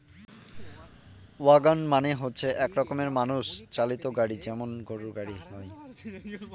wagon মানে হচ্ছে এক রকমের মানুষ চালিত গাড়ি যেমন গরুর গাড়ি হয়